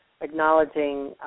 acknowledging